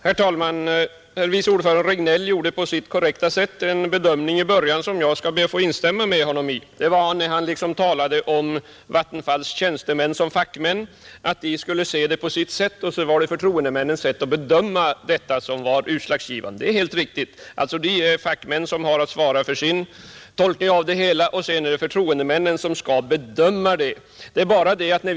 Herr talman! Utskottets vice ordförande herr Regnéll gjorde på sitt korrekta sätt ett konstaterande som jag skall be att få instämma i. Han sade att Vattenfalls tjänstemän är fackmän som ser saken på sitt sätt, men sedan är det förtroendemännens bedömning av detta som är utslagsgivande. Det anser jag vara helt riktigt: fackmännen svarar för sin tolkning, och sedan är det förtroendemännen som skall göra bedömningen.